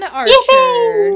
Archer